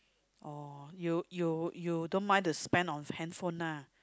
oh you you you don't mind to spend on handphone lah